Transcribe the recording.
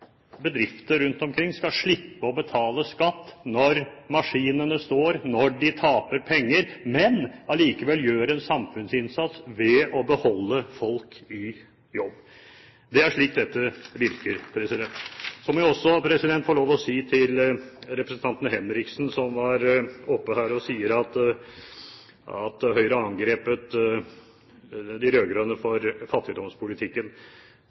bedrifter rundt omkring skal slippe å betale skatt når maskinene står, når de taper penger, men allikevel gjør en samfunnsinnsats ved å beholde folk i jobb. Det er slik dette virker. Så må jeg også få lov til å si til representanten Henriksen, som var oppe her og sa at Høyre har angrepet de rød-grønne for fattigdomspolitikken,